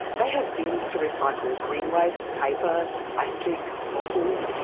they have bins to recycle green waste, paper, plastic, bottles,